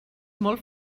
molt